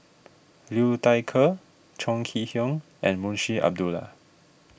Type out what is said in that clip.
Liu Thai Ker Chong Kee Hiong and Munshi Abdullah